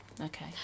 Okay